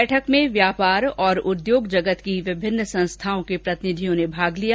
बैठक में व्यापार और उद्योग जगत की विभिन्न संस्थाओं के प्रतिनिधियों ने भाग लिया